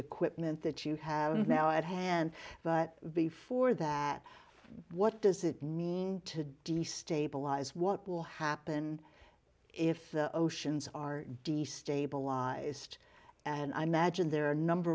equipment that you have now at hand but before that what does it mean to destabilise what will happen if the oceans are d stabilized and i magine there are number